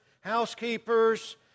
housekeepers